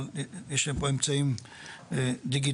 אבל יש פה אמצעים דיגיטליים.